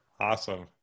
Awesome